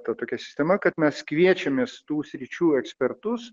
ta tokia sistema kad mes kviečiamės tų sričių ekspertus